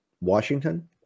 Washington